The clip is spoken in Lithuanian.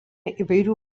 įvairių